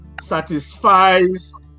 satisfies